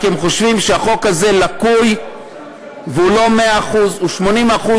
רק הם חושבים שהחוק הזה לקוי והוא לא 100% הוא 80%,